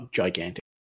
gigantic